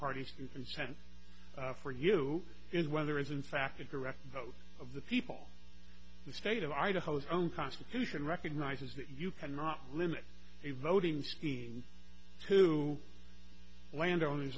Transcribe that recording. parties can consent for you is whether is in fact incorrect votes of the people the state of idaho's own constitution recognizes that you cannot limit a voting scheme to landowners